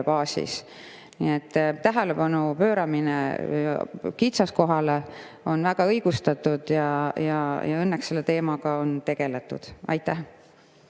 baasis. Nii et tähelepanu pööramine kitsaskohale on väga õigustatud ja õnneks on selle teemaga tegeletud. Aitäh!